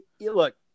look